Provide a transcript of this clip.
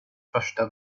första